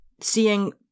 seeing